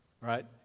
right